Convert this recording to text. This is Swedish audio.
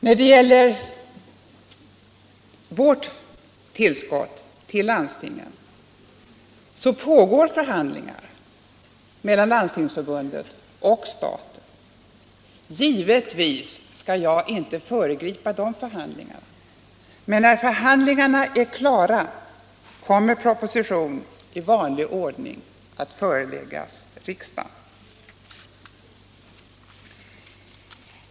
Vad beträffar statens tillskott till landstingen pågår det förhandlingar mellan Landstingsförbundet och staten, och givetvis skall jag inte föregripa de förhandlingarna. När förhandlingarna är klara kommer proposition i vanlig ordning att föreläggas riksdagen.